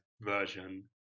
version